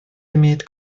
имеет